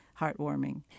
heartwarming